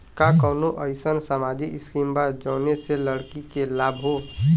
का कौनौ अईसन सामाजिक स्किम बा जौने से लड़की के लाभ हो?